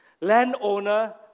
landowner